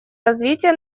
развития